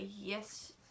yes